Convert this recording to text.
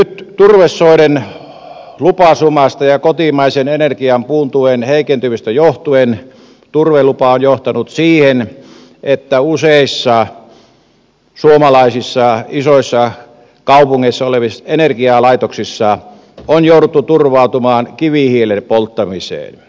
nyt turvesoiden lupasumasta ja kotimaisen energiapuun tuen heikentymisestä johtuen turvelupa on johtanut siihen että useissa suomalaisissa isoissa kaupungeissa olevissa energialaitoksissa on jouduttu turvautumaan kivihiilen polttamiseen